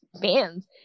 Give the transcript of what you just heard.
fans